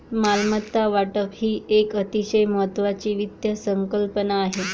मालमत्ता वाटप ही एक अतिशय महत्वाची वित्त संकल्पना आहे